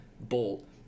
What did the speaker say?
Bolt